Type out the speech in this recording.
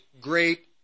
great